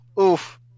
Oof